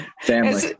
Family